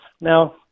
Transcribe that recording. Now